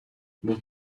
bob